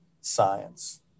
science